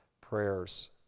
prayers